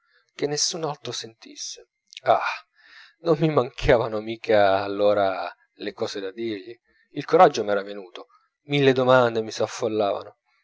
che nessun altro sentisse ah non mi mancavano mica allora le cose da dirgli il coraggio m'era venuto mille domande mi s'affollavano